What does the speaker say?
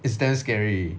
it's damn scary